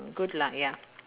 good lah ya